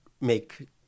make